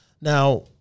Now